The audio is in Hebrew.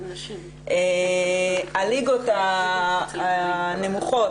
הליגות הנמוכות,